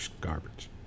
garbage